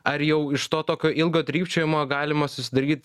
ar jau iš to tokio ilgo trypčiojimo galima susidaryt